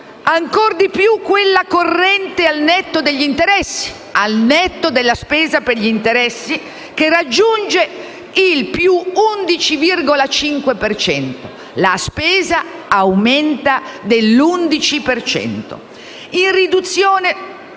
ancora di più quella corrente al netto della spesa per interessi che raggiunge il più 11,5 per cento. La spesa aumenta dell'11